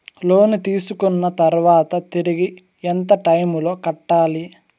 లోను తీసుకున్న తర్వాత తిరిగి ఎంత టైములో కట్టాలి